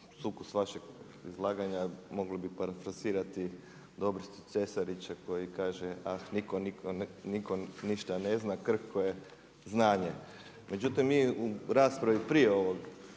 sukus vašeg izlaganja mogli bi parafrazirati Dobrišu Cesarića koji kaže: „Ah, nitko ništa ne zna, krhko je znanje“. Međutim mi u raspravi prije ove